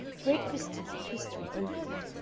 great vistas of history opened,